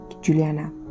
Juliana